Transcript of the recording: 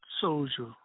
soldier